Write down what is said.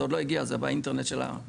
זה עוד לא הגיע זה באינטרנט של הכנסת,